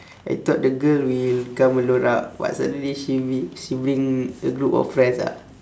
I thought the girl will come alone ah but suddenly she bri~ she bring a group friends ah